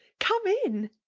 come in!